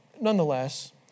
nonetheless